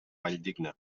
valldigna